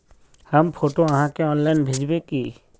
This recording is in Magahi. हम फोटो आहाँ के ऑनलाइन भेजबे की?